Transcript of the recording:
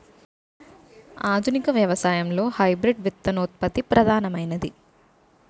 ఆధునిక వ్యవసాయంలో హైబ్రిడ్ విత్తనోత్పత్తి ప్రధానమైనది